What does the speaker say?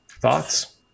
Thoughts